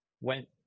went